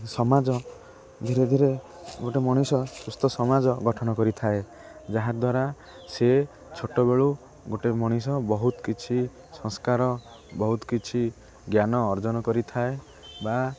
ସମାଜ ଧୀରେ ଧୀରେ ଗୋଟେ ମଣିଷ ସୁସ୍ଥ ସମାଜ ଗଠନ କରିଥାଏ ଯାହାଦ୍ୱାରା ସେ ଛୋଟବେଳୁ ଗୋଟେ ମଣିଷ ବହୁତ କିଛି ସଂସ୍କାର ବହୁତ କିଛି ଜ୍ଞାନ ଅର୍ଜନ କରିଥାଏ ବା